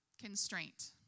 Constraint